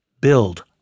Build